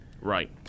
Right